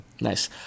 nice